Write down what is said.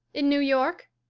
in new york?